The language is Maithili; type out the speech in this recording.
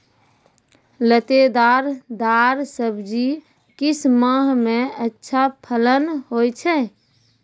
लतेदार दार सब्जी किस माह मे अच्छा फलन होय छै?